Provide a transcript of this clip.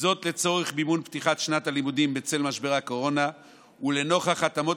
לצורך מימון פתיחת שנת הלימודים בצל משבר הקורונה ולנוכח ההתאמות